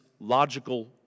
Logical